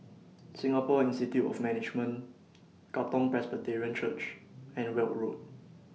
Singapore Institute of Management Katong Presbyterian Church and Weld Road